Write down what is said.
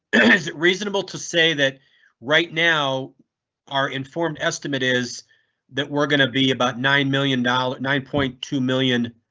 is it reasonable to say that right now our informed estimate is that we're going to be about nine million dollars nine point two million?